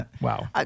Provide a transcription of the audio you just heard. Wow